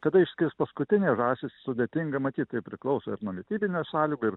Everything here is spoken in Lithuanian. kada iškils paskutinės žąsys sudėtinga matyt tai priklauso ir nuo mitybinių sąlygų ir